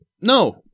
No